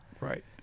Right